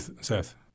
seth